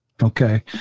Okay